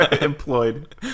employed